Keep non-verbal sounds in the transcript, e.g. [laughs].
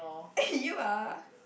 [laughs] you ah